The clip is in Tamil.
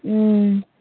ம்